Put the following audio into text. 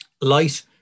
light